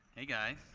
hey guys.